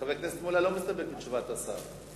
חבר הכנסת מולה לא מסתפק בתשובת השר,